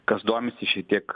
kas domisi šiek tiek